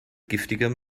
giftigem